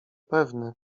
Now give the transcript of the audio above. pewny